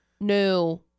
No